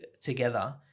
together